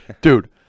Dude